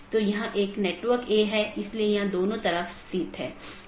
तो इसका मतलब यह है कि यह प्रतिक्रिया नहीं दे रहा है या कुछ अन्य त्रुटि स्थिति उत्पन्न हो रही है